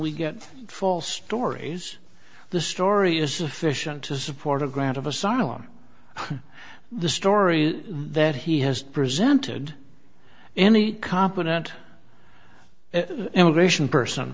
we get false stories the story is sufficient to support a grant of asylum the story that he has presented any competent emigration person